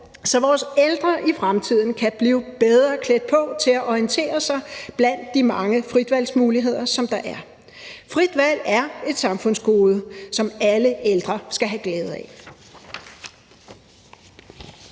så vores ældre i fremtiden kan blive bedre klædt på til at orientere sig blandt de mange fritvalgsmuligheder, der er. Frit valg er et samfundsgode, som alle ældre skal have glæde af.